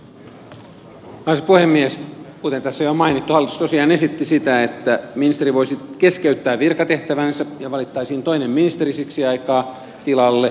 kuten tässä jo on mainittu hallitus tosiaan esitti sitä että ministeri voisi keskeyttää virkatehtävänsä ja valittaisiin toinen ministeri siksi aikaa tilalle